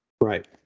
Right